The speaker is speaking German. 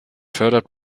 fördert